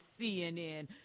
CNN